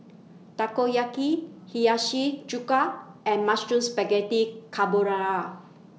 Takoyaki Hiyashi Chuka and Mushroom Spaghetti Carbonara